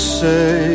say